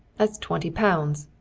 that's twenty pounds.